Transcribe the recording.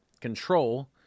control